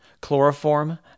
Chloroform